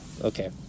Okay